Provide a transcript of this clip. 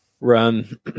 Run